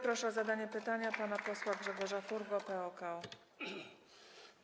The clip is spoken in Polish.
Proszę o zadanie pytania pana posła Grzegorza Furgo, PO-KO.